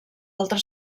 altre